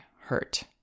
hurt